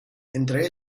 entre